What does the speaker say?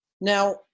Now